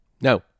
No